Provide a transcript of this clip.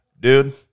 Dude